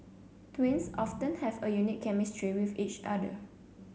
twins often have a unique chemistry with each other